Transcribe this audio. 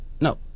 No